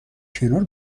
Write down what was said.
کنار